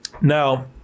Now